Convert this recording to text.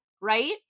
right